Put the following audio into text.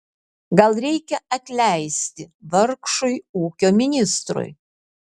gal reikia atleisti vargšui ūkio ministrui